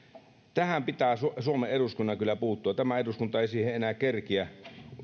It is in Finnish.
tähän pitää suomen eduskunnan kyllä puuttua tämä eduskunta ei siihen enää kerkiä